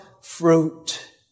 fruit